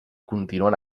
continuen